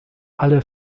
alle